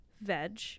veg